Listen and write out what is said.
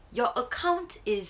your account is